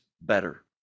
better